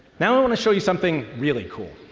now i want to show you something really cool.